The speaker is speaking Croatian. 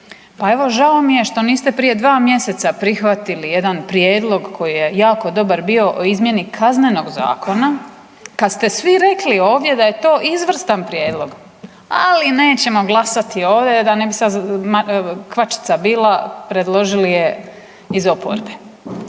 Pa evo žao mi je što niste prije 2 mjeseca prihvatili jedan prijedlog koji je jako dobar bio o izmjeni Kaznenog zakona kad ste svi rekli ovdje da je to izvrstan prijedlog ali nećemo glasati ovdje da ne bi sad kvačica bila predložili je iz oporbe.